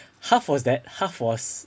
half was that half was